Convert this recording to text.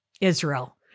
Israel